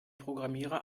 programmierer